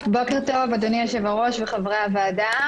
אדוני יושב-הראש וחברי הוועדה.